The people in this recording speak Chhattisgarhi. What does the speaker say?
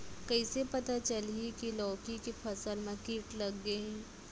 कइसे पता चलही की लौकी के फसल मा किट लग गे हे?